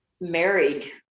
married